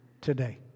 today